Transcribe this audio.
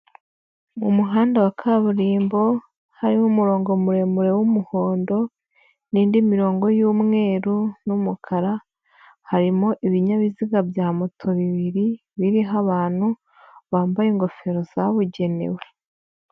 Mu muhanda wa kaburimbo harimo umurongo muremure w'umuhondo n'indi mirongo y'umweru n'umukara, harimo ibinyabiziga bya moto bibiri biriho abantu bambaye ingofero zabugenewe.